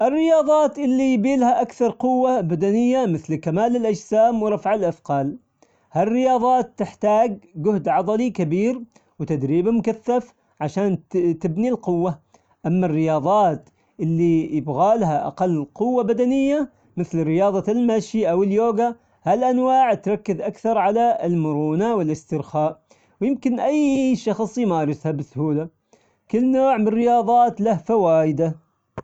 الرياضات اللي يبيلها أكثر قوة بدنية مثل كمال الأجسام ورفع الأثقال، هالرياظات تحتاج جهد عضلي كبير وتدريب مكثف عشان تب- تبني القوة، أما الرياظات اللي يبغالها أقل قوة بدنية مثل رياظة المشي أو اليوجا هالأنواع تركز أكثر على المرونة والإسترخاء، ويمكن أي شخص يمارسها بسهولة، كل نوع من الرياظات له فوايدة.